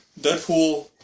Deadpool